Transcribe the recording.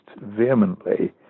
vehemently